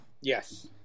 Yes